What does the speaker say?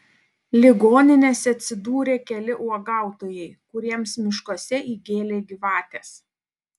ligoninėse atsidūrė keli uogautojai kuriems miškuose įgėlė gyvatės